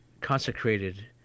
consecrated